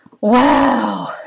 wow